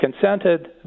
consented